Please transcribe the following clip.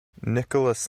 nicholas